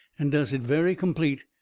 and does it very complete,